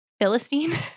philistine